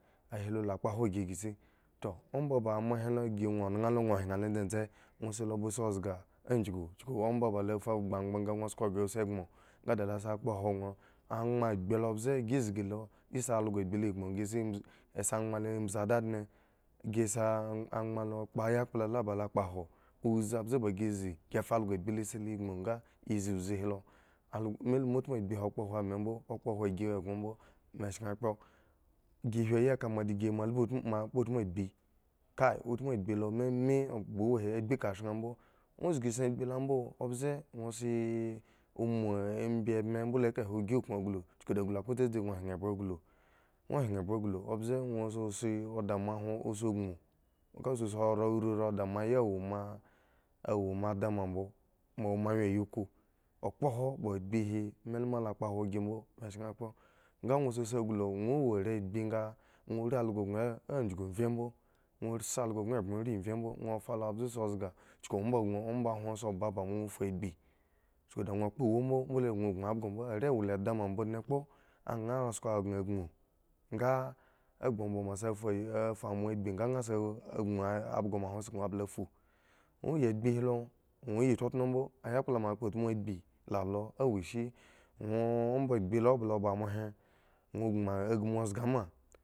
Ahi lo la kpohwo gi ghre si toh omba ba ama hillo ngyii ŋwo naha lo gno hwin lo dzedze ŋwo si lo ba zu zga anjugu chuku omba lo fa gbu angban nga ŋwo sko ghre a ya sigbon nga da lo a sa kpohwo dwo angban agbi mbze gi zgi o gi si algo agbi lo gbon gi mbz gisa angban agbi lo mbzi dnadne gi sa angban lo akpo ayakpla la ba lo kpohwo uzi mbze ba gi zi gi fa also lo si la gboŋ nga e ziuzi hi lo algo me lo la utmu agbi hi akpohwo me mbo akpohow gi eggon mbo me sheŋ kphro gi hwin ayi ka moa dagi moa lubhu moa kpo utmu agbi kah utmu agbi lo me me agbi ka shaŋ mbo ŋwo zga sii agbi la mbo mbze ŋwo si omo abyi ebme mble o si ygi ukuŋ glu uchuku da anglu kpo dzedze gdo hwin ebure anglu gwo hwin ebure anglu ombze ŋwo sa si da mohwon o si a gboŋ nga o sa urii ra da moa hwin la wo ma ada moa mbo moa moawyen yaku okpohwo ba agbi hi me lu la da kpohwo gi mbo me shen akphro nga ŋwo sa si anglu gbon ŋwo wo are agbi nga ŋwo rii algo gŋo anjugu mryembo duro si algo gŋo ebme urii mrye mbo dwo falo ambze su zga chuku omba omba hwon so ba ba ŋwo fu agbi chuku da nnha kpo ewu mbo mbole dno gbon aabyo mbo are la wo la eda ma mbole kpo a nha sko kaŋ gboŋ nga agbu omba oma sa fu ma agni nga nha sa gbon abhgo moa hwon a sa blii fu ŋwo yi agbi hi lo ŋwo yi tno tro mbo ayukla ma kpo utmu agbi la lo a wo shi nwo omba agbi lo abli ba mo he ŋwo gboŋ agmu zga ma.